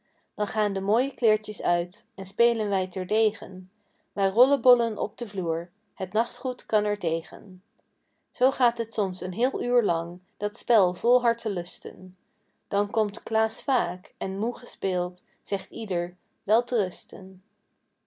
dan gaan de mooie kleertjes uit en spelen wij terdegen wij rollebollen op den vloer het nachtgoed kan er tegen zoo gaat het soms een heel uur lang dat spel vol hartelusten dan komt klaas vaak en moê gespeeld zegt ieder wel